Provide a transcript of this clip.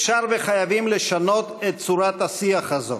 אפשר וחייבים לשנות את צורת השיח הזאת,